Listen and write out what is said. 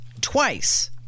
twice